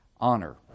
honor